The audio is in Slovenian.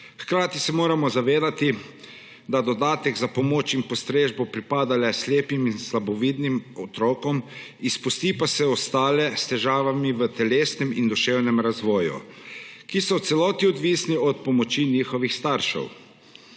Hkrati se moramo zavedati, da dodatek za pomoč in postrežbo pripada le slepim in slabovidnim otrokom, izpusti pa se ostale s težavami v telesnem in duševnem razvoju, ki so v celoti odvisni od pomoči svojih staršev.